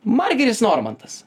margiris normantas